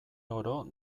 oro